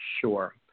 Sure